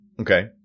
Okay